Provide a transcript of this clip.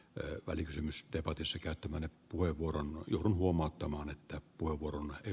lee oli kysymys debatissa käyttämäni puheenvuoron huomauttamaan että puukuorma ei